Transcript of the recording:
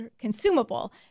consumable